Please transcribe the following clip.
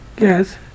Yes